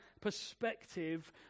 perspective